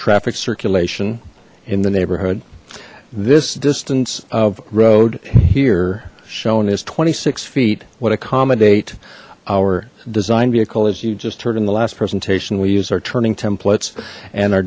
traffic circulation in the neighborhood this distance of road here shown is twenty six feet what accommodate our design vehicle as you just heard in the last presentation we use our turning templates and